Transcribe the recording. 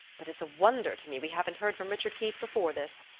but it's a wonder to me we haven't heard from richard keith before this.